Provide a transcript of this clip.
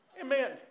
amen